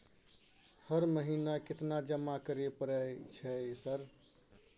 हर महीना केतना जमा करे परय छै सर?